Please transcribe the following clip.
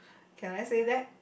can I say that